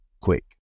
quick